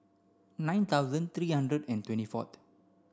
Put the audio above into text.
nine thousand three hundred and twenty fourth